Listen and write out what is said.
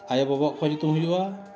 ᱟᱭᱳ ᱵᱟᱵᱟᱣᱟᱜ ᱠᱚᱦᱚᱸ ᱧᱩᱛᱩᱢ ᱦᱩᱭᱩᱜᱼᱟ